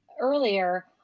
earlier